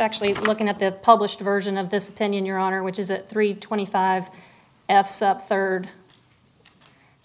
actually looking at the published version of this opinion your honor which is a three twenty five third